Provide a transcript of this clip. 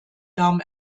darm